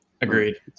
Agreed